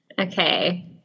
Okay